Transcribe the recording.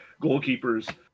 goalkeepers